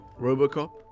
Robocop